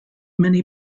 many